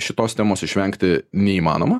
šitos temos išvengti neįmanoma